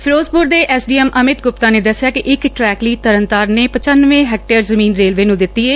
ਫਿਰੋਜ਼ਪੁਰ ਦੇ S D M Amit Gupta ਨੇ ਦਸਿਆ ਕਿ ਇਕ ਟਰੈਕ ਲਈ ਤਰਨਤਾਰਨ ਨੇ ਪਚੰਨਵੇਂ ਹੈਕਟੇਅਰ ਜ਼ਮੀਨ ਰੇਲਵੇ ਨੂੰ ਦਿੱਤੀ ਏ